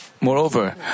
Moreover